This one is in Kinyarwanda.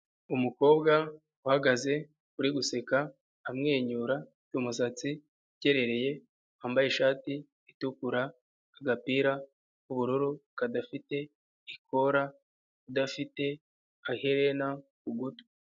Umukobwa uhagaze uri guseka, amwenyura, ufite umusatsi ukeye, wambaye ishati itukura, agapira k'ubururu kadafite ikora, udafite aherena ku gutwi.